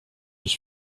was